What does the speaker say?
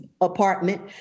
apartment